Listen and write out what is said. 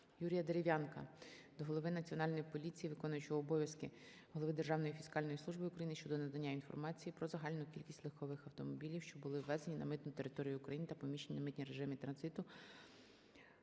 Юрія Дерев'янка до Голови Національної поліції України, виконуючого обов'язки Голови Державної фіскальної служби України щодо надання інформації про загальну кількість легкових автомобілів, що були ввезені на митну територію України та поміщені в митні режими транзиту